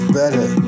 better